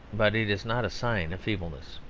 but it is not a sign of feebleness.